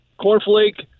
cornflake